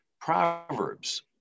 Proverbs